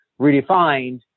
redefined